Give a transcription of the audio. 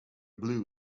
blue